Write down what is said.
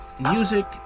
music